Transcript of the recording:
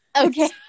okay